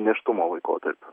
nėštumo laikotarpiu